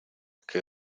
que